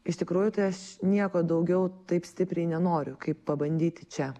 iš tikrųjų tai aš nieko daugiau taip stipriai nenoriu kaip pabandyti čia